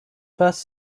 first